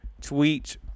tweet